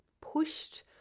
pushed